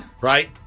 right